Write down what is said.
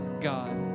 God